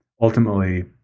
ultimately